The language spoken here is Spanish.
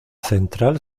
central